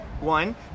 one